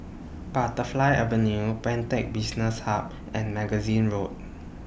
Butterfly Avenue Pantech Business Hub and Magazine Road